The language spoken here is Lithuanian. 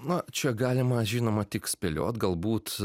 na čia galima žinoma tik spėlioti galbūt